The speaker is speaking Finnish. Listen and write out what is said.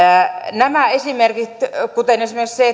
nämä esimerkit kuten esimerkiksi se